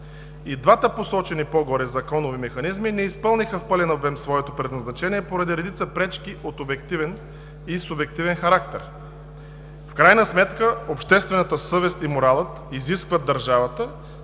И двата посочени по-горе законови механизми не изпълниха в пълен обем своето предназначение поради редица пречки от обективен и субективен характер. В крайна сметка обществената съвест и моралът изискват държавата,